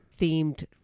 themed